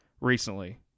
recently